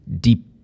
deep